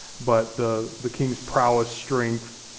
but the the king's prowess, strength,